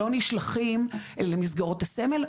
לא נשלחים למסגרות הסמל,